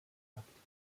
aktiv